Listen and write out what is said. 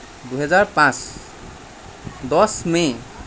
দুহেজাৰ পাঁচ দহ মে'